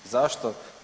Zašto?